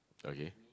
okay